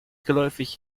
geläufig